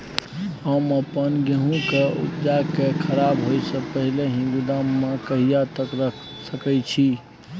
हम अपन गेहूं के उपजा के खराब होय से पहिले ही गोदाम में कहिया तक रख सके छी?